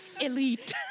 Elite